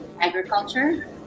agriculture